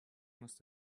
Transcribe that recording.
must